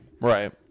Right